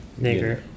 Nigger